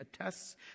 attests